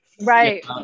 Right